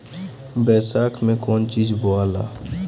बैसाख मे कौन चीज बोवाला?